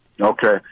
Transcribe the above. Okay